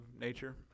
nature